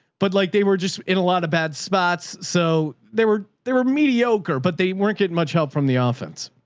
but like, they were just in a lot of bad spots. so there were, there were mediocre, but they weren't getting much help from the offense.